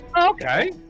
Okay